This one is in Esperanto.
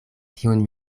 kiun